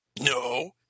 No